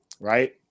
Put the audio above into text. Right